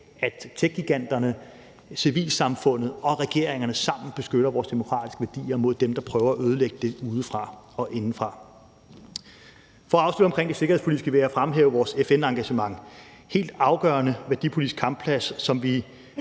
at techgiganterne, civilsamfundet og regeringerne sammen beskytter vores demokratiske værdier mod dem, der prøver at ødelægge dem udefra og indefra. For at afslutte det med det sikkerhedspolitiske vil jeg fremhæve vores FN-engagement. Det er en helt afgørende værdipolitisk kampplads, som vi